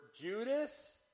Judas